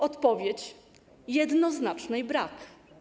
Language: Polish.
Odpowiedzi jednoznacznej brak.